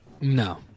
No